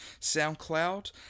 SoundCloud